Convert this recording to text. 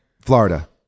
Florida